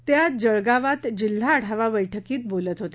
ते आज जळगावात जिल्हा आढावा बैठकीत बोलत होते